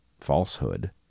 falsehood